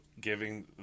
giving